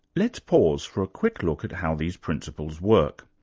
let's pause for a quick look at how these principles work.